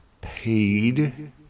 paid